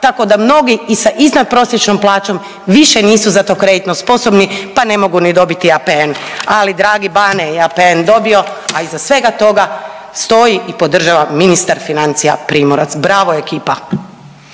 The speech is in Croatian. tako da mnogi i sa iznadprosječnom plaćom više nisu za to kreditno sposobni pa ne mogu ni dobiti ni APN, ali dragi Bane je APN dobio, a iza svega toga stoji i podržava ministar financija. Bravo ekipa.